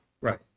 right